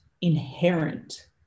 inherent